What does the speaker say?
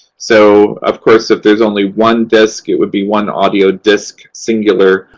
so, of course, if there's only one disc, it would be one audio disc, singular.